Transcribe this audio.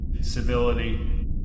civility